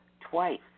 twice